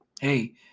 hey